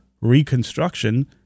Reconstruction